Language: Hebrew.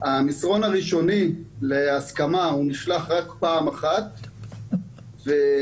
המסרון הראשוני להסכמה נשלח רק פעם אחת ומי